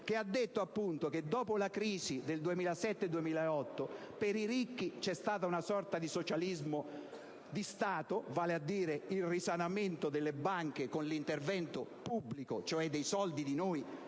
che ha detto che, dopo la crisi del 2007-2008, per i ricchi c'è stata una sorta di socialismo di Stato, vale a dire il risanamento delle banche con l'intervento pubblico, cioè con i soldi di noi